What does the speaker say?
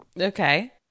Okay